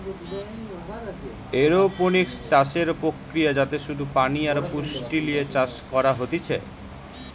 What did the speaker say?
aeroponics চাষের প্রক্রিয়া যাতে শুধু পানি আর পুষ্টি লিয়ে চাষ করা হতিছে